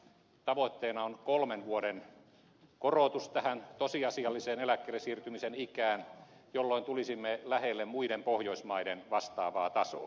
tavoitteena on kolmen vuoden korotus tähän tosiasialliseen eläkkeelle siirtymisen ikään jolloin tulisimme lähelle muiden pohjoismaiden vastaavaa tasoa